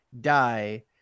die